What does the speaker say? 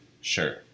Sure